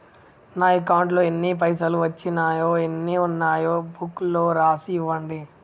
నా అకౌంట్లో ఎన్ని పైసలు వచ్చినాయో ఎన్ని ఉన్నాయో బుక్ లో రాసి ఇవ్వండి?